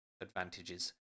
advantages